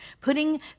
Putting